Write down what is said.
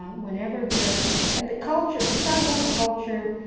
whenever there and the culture, the samoan culture,